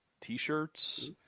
t-shirts